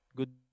good